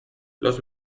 los